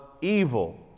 evil